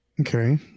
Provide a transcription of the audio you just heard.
Okay